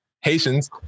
Haitians